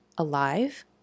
alive